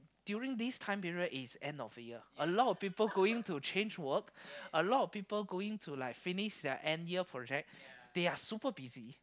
during this time period is end of the year a lot of people going to change work a lot of people going to like finish their year end project they are super busy